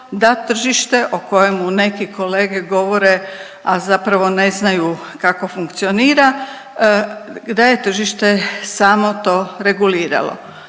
da tržište o kojemu neki kolege govore, a zapravo ne znaju kako funkcionira, da je tržište samo to reguliralo.